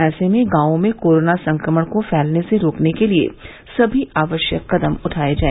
ऐसे में गॉवों में कोरोना संक्रमण को फैलने से रोकने के लिए सभी आवश्यक कदम उठाये जाय